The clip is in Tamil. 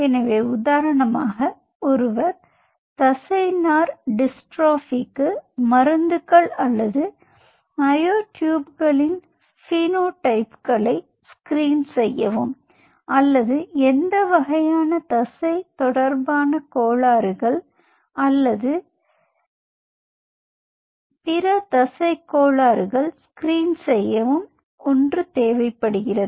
எனவே உதாரணமாக ஒருவர் தசைநார் டிஸ்டிராஃபிக்கு மருந்துகள் அல்லது மயோட்யூப்களின் பினோடைப்களை ஸ்கிரீன் செய்யவும் அல்லது எந்த வகையான தசை தொடர்பான கோளாறுகள் அல்லது பிற தசைக் கோளாறுகள் ஸ்கிரீன் செய்யவும் ஒரு தேவை படுகிறது